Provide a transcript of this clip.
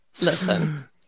Listen